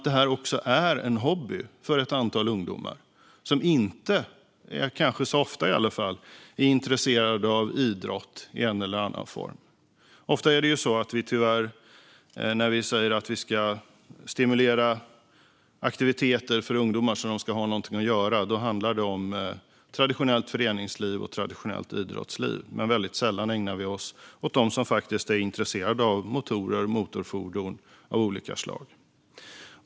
Det är också en hobby för ett antal ungdomar som kanske ofta inte är intresserade av idrott i en eller annan form. När vi säger att vi ska stimulera aktiviteter för ungdomar för att de ska ha någonting att göra handlar det tyvärr ofta bara om traditionellt föreningsliv och idrottsliv. Väldigt sällan ägnar vi oss åt dem som är intresserade av motorer och motorfordon av olika slag.